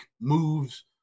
moves